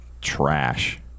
trash